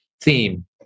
theme